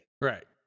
Right